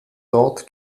dort